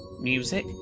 music